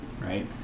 Right